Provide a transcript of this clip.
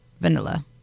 vanilla